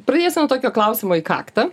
pradėsiu nuo tokio klausimo į kaktą